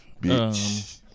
Bitch